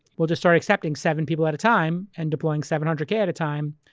we'll just start accepting seven people at a time and deploying seven hundred k at a time.